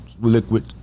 liquid